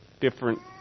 different